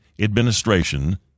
administration